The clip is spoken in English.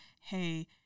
hey